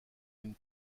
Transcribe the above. une